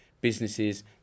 businesses